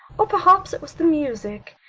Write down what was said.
or perhaps it was the music.